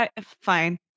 fine